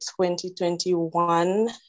2021